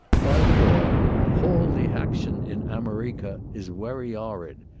by the boye, hall the hactin in amareka is werry orrid.